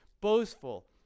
boastful